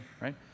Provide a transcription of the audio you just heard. right